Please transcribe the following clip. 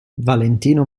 valentino